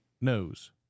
knows